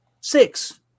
six